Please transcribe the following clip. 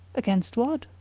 against what?